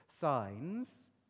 signs